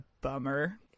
bummer